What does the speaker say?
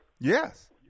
Yes